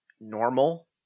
normal